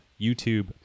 YouTube